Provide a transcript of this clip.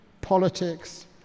politics